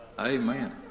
amen